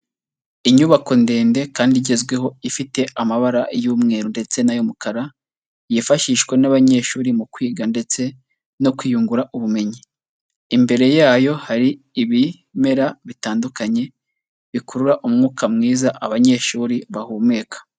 Inyubako ndende kandi igezweho ifite amabara y'umweru ndetse n'ay'umukara, yifashishwa n'abanyeshuri mu kwiga ndetse no kwiyungura ubumenyi, imbere yayo hari ibimera bitandukanye bikurura umwuka mwiza abanyeshuri bahumeka.